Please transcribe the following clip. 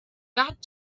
got